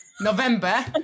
November